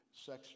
sex